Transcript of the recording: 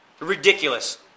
Ridiculous